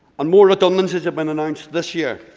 and more redundancies have been announced this year.